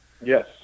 Yes